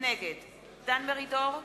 נגד דן מרידור,